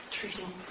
Treating